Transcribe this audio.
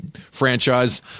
franchise